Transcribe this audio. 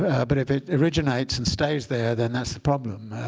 ah but if it originates and stays there, then that's the problem.